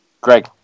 Greg